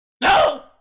NO